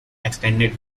extended